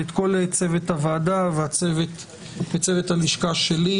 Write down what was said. ואת כל צוות הוועדה וצוות הלשכה שלי,